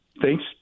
Thanks